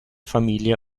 familie